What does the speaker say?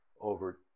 over